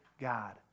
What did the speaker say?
God